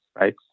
right